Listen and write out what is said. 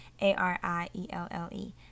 a-r-i-e-l-l-e